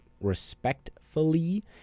respectfully